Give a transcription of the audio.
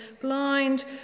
blind